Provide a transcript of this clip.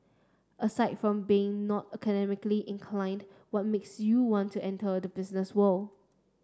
aside from being not academically inclined what makes you want to enter the business world